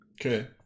Okay